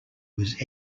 was